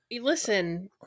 listen